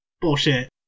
bullshit